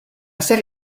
serie